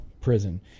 prison